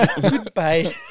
Goodbye